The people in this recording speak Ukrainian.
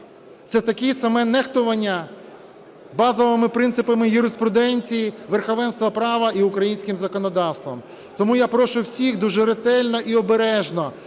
це таке саме нехтування базовими принципами юриспруденції, верховенства права і українським законодавством. Тому я прошу всіх дуже ретельно і обережно